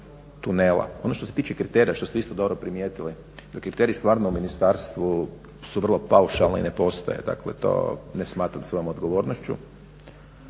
tunela. Ono što se tiče kriterija što ste isto dobro primijetili da kriteriji stvarno u ministarstvu su vrlo paušalne i ne postoje, dakle to ne smatram svojom odgovornošću.